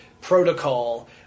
protocol